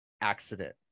accident